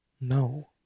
no